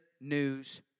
news